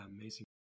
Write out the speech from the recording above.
amazing